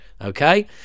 Okay